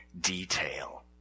detail